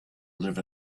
live